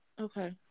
Okay